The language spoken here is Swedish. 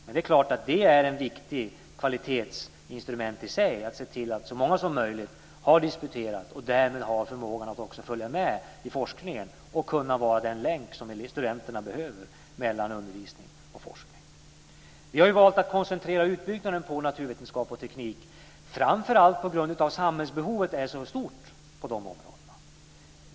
Men det är klart att det i sig är ett viktigt kvalitetsinstrument att se till att så många som möjligt har disputerat och därmed också har förmågan att följa med i forskningen och vara den länk som studenterna behöver mellan undervisning och forskning. Vi har valt att koncentrera utbyggnaden på naturvetenskap och teknik, framför allt på grund av att samhällsbehovet är så stort på dessa områden.